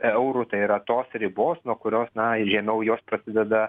eurų tai yra tos ribos nuo kurios na žemiau jos prasideda